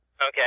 Okay